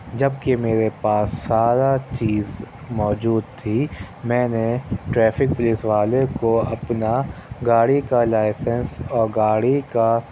جبکہ میرے پاس سارا چیز موجود تھی میں نے ٹریفک پولیس والے کو اپنا گاڑی کا لائسنس اور گاڑی کا